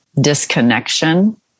disconnection